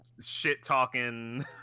shit-talking